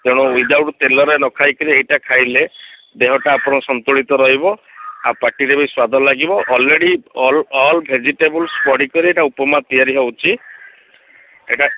ତେଣୁ without ତେଲରେ ନ ଖାଇ କିରି ଏଇଟା ଖାଇଲେ ଦେହଟା ଆପଣଙ୍କ ସନ୍ତୁଳିତ ରହିବ ଆଉ ପାଟିରେ ବି ସ୍ଵାଦ ଲାଗିବ ଅଲ୍ରେଡି ଅଲ୍ ଅଲ୍ ଭେଜିଟେବଲ୍ସ ପଡ଼ି କରି ଏଇଟା ଉପମା ତିଆରି ହେଉଛି ଏଇଟା